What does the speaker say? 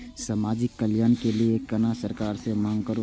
समाजिक कल्याण के लीऐ केना सरकार से मांग करु?